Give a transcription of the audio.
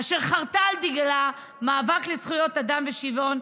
אשר חרתה על דגלה מאבק לזכויות אדם ושוויון.